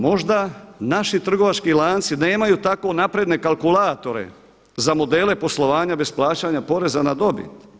Možda naši trgovački lanci nemaju tako napredne kalkulatore za modele poslovanja bez plaćanja poreza na dobit.